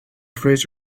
phrase